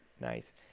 Nice